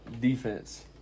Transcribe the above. defense